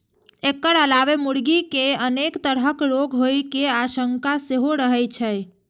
एकर अलावे मुर्गी कें अनेक तरहक रोग होइ के आशंका सेहो रहै छै